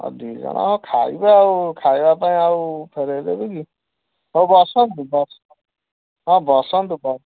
ଆଉ ଦୁଇ ଜଣ ଖାଇବେ ଆଉ ଖାଇବା ପାଇଁ ଆଉ ଫେରାଇ ଦେବି କି ହଉ ବସନ୍ତୁ ବସ ହଁ ବସନ୍ତୁ ବ